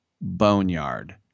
boneyard